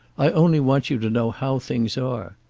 i only want you to know how things are.